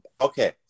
okay